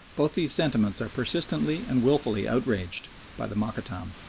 both these sentiments are persistently and wilfully outraged by the mokattam.